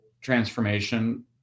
transformation